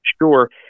Sure